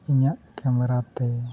ᱤᱧᱟᱹᱜ ᱠᱮᱢᱮᱨᱟ ᱛᱮ